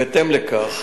בהתאם לכך